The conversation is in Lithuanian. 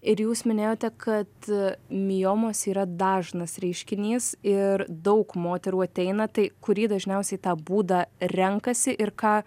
ir jūs minėjote kad miomos yra dažnas reiškinys ir daug moterų ateina tai kurį dažniausiai tą būdą renkasi ir ką